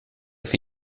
für